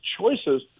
choices